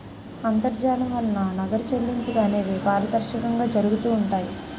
అంతర్జాలం వలన నగర చెల్లింపులు అనేవి పారదర్శకంగా జరుగుతూ ఉంటాయి